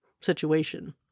situation